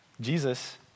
Jesus